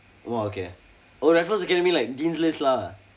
!wow! okay oh raffles academy like dean's list lah